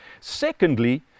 Secondly